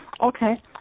Okay